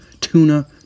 Tuna